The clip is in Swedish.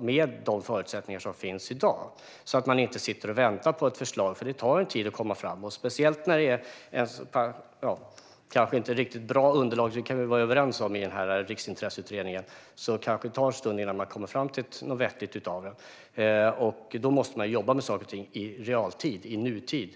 med de förutsättningar som finns i dag. Då sitter man alltså inte och väntar på ett förslag, för det tar en tid att komma fram till något, särskilt när underlaget kanske inte är riktigt bra. Det kan vi vara överens om i fråga om denna riksintresseutredning. Det kanske tar en stund innan man kommer fram till något vettigt. Då måste man jobba med saker och ting i realtid, i nutid.